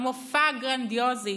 המופע הגרנדיוזי